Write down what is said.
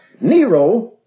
Nero